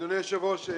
אדוני היושב ראש,